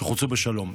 שחולצו בשלום.